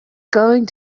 going